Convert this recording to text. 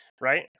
right